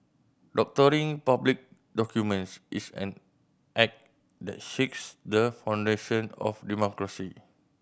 doctoring public documents is an act that shakes the foundation of democracy